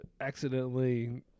Accidentally